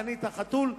קנית חתול.